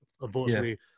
Unfortunately